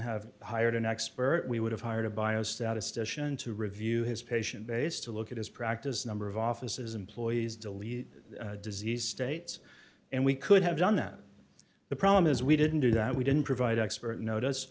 have hired an expert we would have hired a biostatistician to review his patient base to look at his practice number of offices employees delete disease states and we could have done that the problem is we didn't do that we didn't provide expert notice